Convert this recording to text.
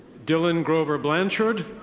dylan grover blanchard.